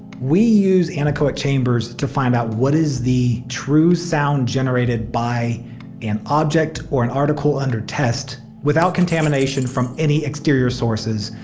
we use anechoic chambers to find out what is the true sound generated by an object or an article under test without contamination from any exterior sources,